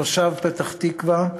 תושב פתח-תקווה,